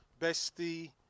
Bestie